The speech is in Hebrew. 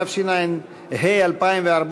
התשע"ה 2014,